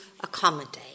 accommodate